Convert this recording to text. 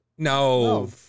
no